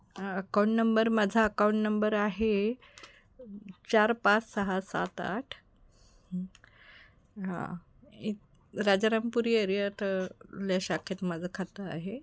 account number माझा account number आहे चार पाच सहा सात आठ हं हां राजारामपुरी एरियातल्या शाखेत माझं खातं आहे